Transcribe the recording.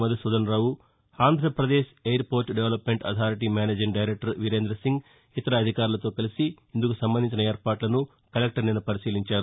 Madhusudhana Rao Andhra Pradesh airport development authority managing director Virendra Singh ఇతర అధికారులతో కలిసి ఇందుకు సంబంధించిన ఏర్పాట్లను కలెక్టర్ నిన్న పరిశీలించారు